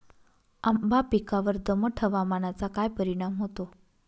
आंबा पिकावर दमट हवामानाचा काय परिणाम होतो?